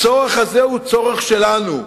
הצורך הזה הוא צורך שלנו.